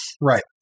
Right